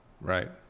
Right